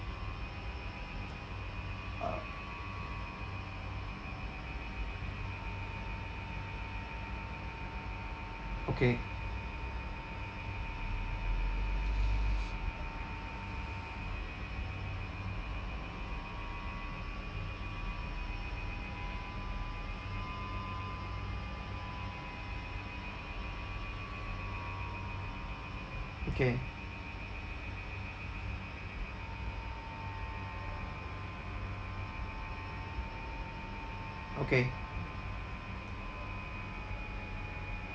uh okay okay okay